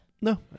No